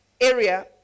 area